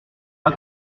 pas